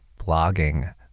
blogging